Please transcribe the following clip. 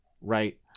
Right